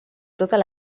totes